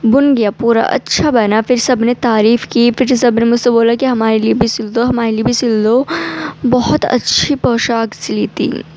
بن گیا پورا اچّھا بنا پھر سب نے تعریف کی پھر سب نے مجھ سے بولا کہ ہمارے لیے بھی سل دو ہمارے لیے بھی سل دو بہت اچّھی پوشاک سلی تھی